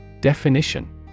Definition